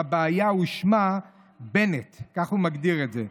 לבעיה ושמה בנט, כך הוא מגדיר את זה.